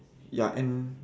ya and